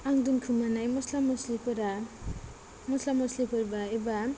आं दोनखोमानाय मसला मसलिफोरा मसला मसलिफोर बा एबा